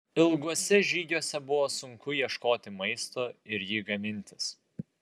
ilguose žygiuose buvo sunku ieškoti maisto ir jį gamintis